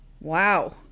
Wow